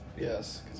Yes